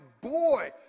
boy